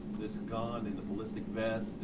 gun and ballistic vest